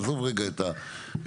עזוב רגע את התחנות.